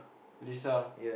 Lisa